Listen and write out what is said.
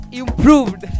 improved